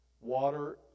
water